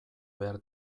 behar